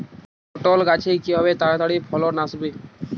পটল গাছে কিভাবে তাড়াতাড়ি ফলন আসবে?